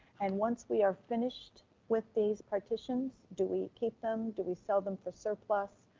and once we are finished with these partitions, do we keep them, do we sell them for surplus?